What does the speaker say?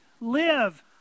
live